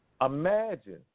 Imagine